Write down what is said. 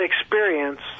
experience